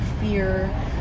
fear